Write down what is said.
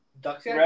Ducks